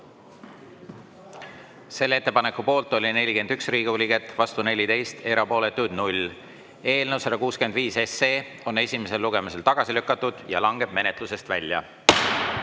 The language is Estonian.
Selle ettepaneku poolt oli 41 Riigikogu liiget, vastu 14, erapooletuid 0. Eelnõu 165 on esimesel lugemisel tagasi lükatud ja langeb menetlusest välja.